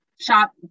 Shop